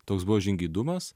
toks buvo žingeidumas